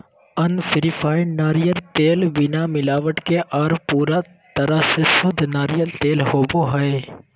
unrefined नारियल तेल बिना मिलावट के आर पूरा तरह से शुद्ध नारियल तेल होवो हय